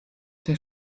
der